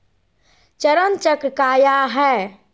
चरण चक्र काया है?